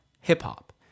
Hip-hop